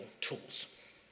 tools